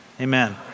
Amen